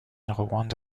rowland